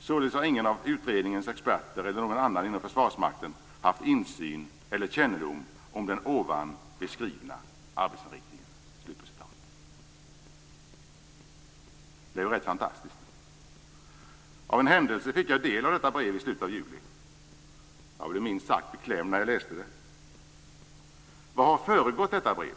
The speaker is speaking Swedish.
Således har ingen av utredningens experter eller någon annan inom Försvarsmakten haft insyn eller kännedom om den ovan beskrivna arbetsinriktningen." Det är ju rätt fantastiskt. Av en händelse fick jag del av detta brev i slutet av juli. Jag blev minst sagt beklämd när jag läste det. Vad har föregått detta brev?